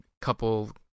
couple